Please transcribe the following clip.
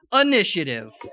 initiative